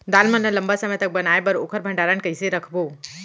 दाल मन ल लम्बा समय तक बनाये बर ओखर भण्डारण कइसे रखबो?